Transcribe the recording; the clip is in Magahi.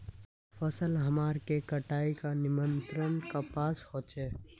फसल हमार के कटाई का नियंत्रण कपास होचे?